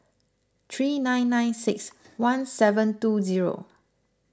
three nine nine six one seven two zero